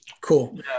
Cool